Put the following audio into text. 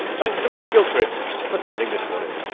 thanks to mark gilchrist for sending this one in.